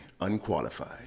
Unqualified